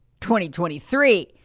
2023